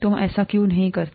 तुम ऐसा क्यों नहीं करते